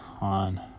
on